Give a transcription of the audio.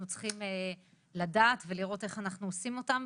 צריכים לדעת ולראות איך אנחנו עושים אותם,